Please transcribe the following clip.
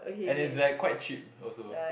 and it's like quite cheap also